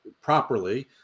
properly